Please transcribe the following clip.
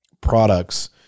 products